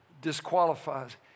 disqualifies